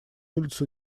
улицы